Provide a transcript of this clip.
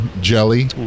jelly